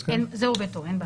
זה עובד טוב אין בעיה.